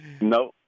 No